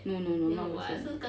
no no no not recently